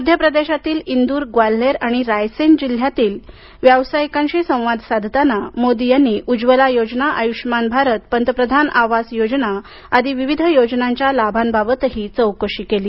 मध्यप्रदेशातील इंदूर ग्वाल्हेर आणि रायसेन जिल्ह्यातील व्यावसाईकांशी संवाद साधताना मोदी यांनी उज्ज्वला योजना आयुष्मान भारत पंतप्रधान आवास योजना आदी विविध योजनांच्या लाभांबाबत चौकशी केली